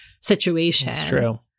situation